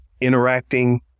interacting